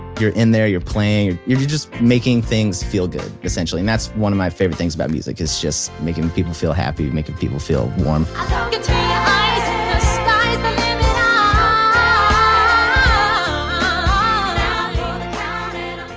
you're in there, you're playing, and you're you're just making things feel good essentially and that's one of my favorite things about music is just making people feel happy and making people feel warm our